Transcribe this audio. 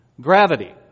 gravity